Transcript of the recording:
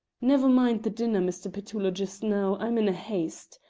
never mind the dinner, mr. petullo, just now, i'm in a haste.